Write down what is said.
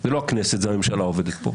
זאת לא הכנסת אלא זאת הממשלה שעובדת כאן